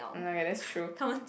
mm okay that's true